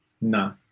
No